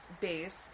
base